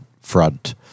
front